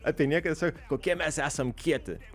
apie nieką tiesiog kokie mes esam kieti